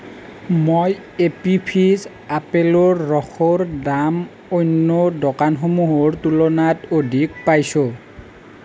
মই Appy Fizz আপেলৰ ৰসৰ দাম অন্য দোকানসমূহৰ তুলনাত অধিক পাইছোঁ